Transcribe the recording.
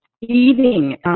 eating